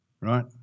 right